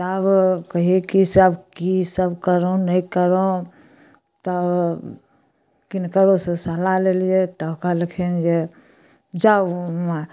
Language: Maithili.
तऽ आब कहिए कि से आब किसब करहुँ नहि करहुँ तऽ किनकरोसँ सलाह लेलिए तऽ कहलखिन जे जाउ हुआँ